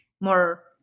more